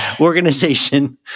organization